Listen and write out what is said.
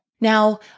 Now